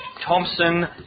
Thompson